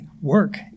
work